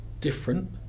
different